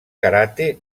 karate